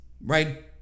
right